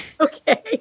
Okay